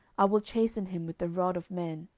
i will chasten him with the rod of men,